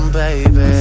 baby